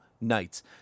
Nights